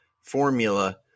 formula